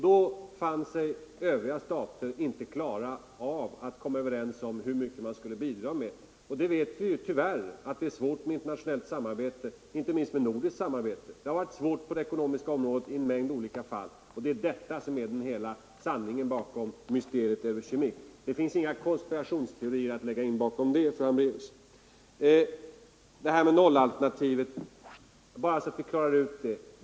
Då fann sig övriga stater inte kunna komma överens om hur mycket de skulle bidra med. Vi vet ju att det tyvärr har varit svårt att åstadkomma internationellt samarbete på det ekonomiska området i en mängd olika fall. Detta är hela sanningen bakom mysteriet Eurochemic. Det finns inga konspirationer bakom det beslutet, fru Hambraeus! Jag vill säga några ord bara också om nollalternativet, så att vi klarar ut det.